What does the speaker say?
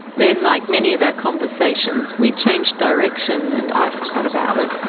then, like many of our conversations, we changed direction and i forgot about it.